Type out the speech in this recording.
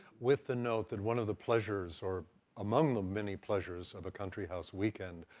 with the note that one of the pleasures, or among the many pleasures of a country house weekend,